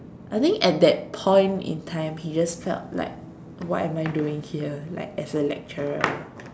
I think at that point in time he just felt like what am I doing here like as a lecturer